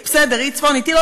היא בסדר, היא צפונית.